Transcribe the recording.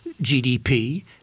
GDP